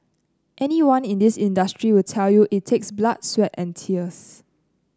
anyone in this industry will tell you it takes blood sweat and tears